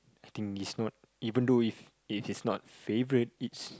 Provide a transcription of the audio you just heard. I think it's not even though if it is not favourite it's